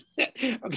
Okay